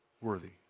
worthy